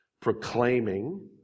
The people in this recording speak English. proclaiming